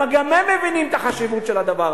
כי גם הם מבינים את החשיבות של זה.